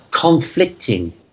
conflicting